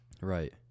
Right